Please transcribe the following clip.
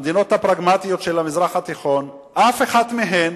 המדינות הפרגמטיות של המזרח התיכון, אף אחת מהן